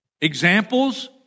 examples